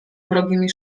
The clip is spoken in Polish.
wrogimi